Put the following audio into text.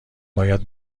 باید